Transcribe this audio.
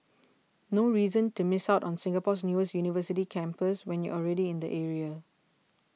no reason to miss out on Singapore's newest university campus when you're already in the area